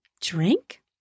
Drink